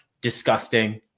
disgusting